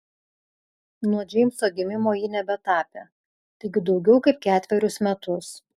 nuo džeimso gimimo ji nebetapė taigi daugiau kaip ketverius metus